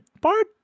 Bard